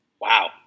Wow